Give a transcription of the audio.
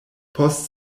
post